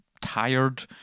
tired